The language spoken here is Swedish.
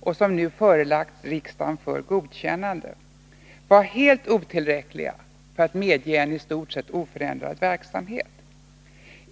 och som nu förelagts riksdagen för godkännande var helt otillräcklig för att medge en i stort sett oförändrad verksamhet.